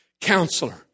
Counselor